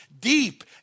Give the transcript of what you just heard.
deep